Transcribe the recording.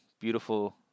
beautiful